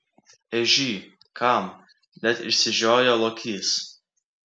ežy kam net išsižiojo lokys